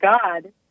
God